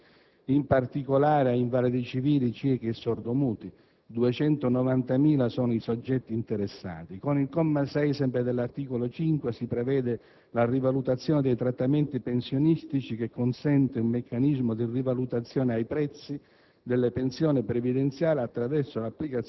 delle maggiorazioni sociali legate in particolare ad invalidi civili, ciechi e sordomuti. 290.000 sono i soggetti interessati. Con il comma 6, sempre dell'articolo 5, si prevede la rivalutazione dei trattamenti pensionistici sulla base di un meccanismo legato ai prezzi,